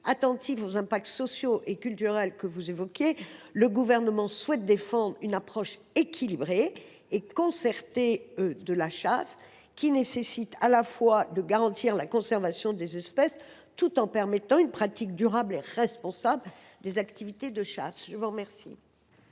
attentif aux impacts sociaux et culturels que vous évoquez. Bref, le Gouvernement souhaite défendre une approche équilibrée et concertée de la chasse, ce qui nécessite de garantir la conservation des espèces tout en permettant une pratique durable et responsable des activités de chasse. La parole